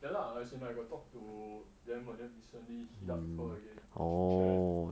ya lah as in I got talk to them then recently hit up with her again chit chat